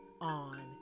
on